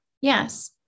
Yes